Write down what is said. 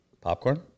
Popcorn